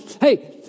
hey